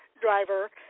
driver